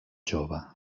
jove